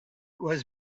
was